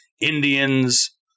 Indians